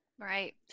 Right